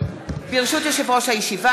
ברשות יושב-ראש הישיבה,